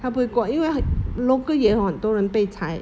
它不会过因为 local 也有很多人被裁